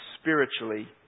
spiritually